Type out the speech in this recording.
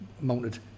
mounted